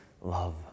love